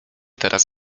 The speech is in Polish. teraz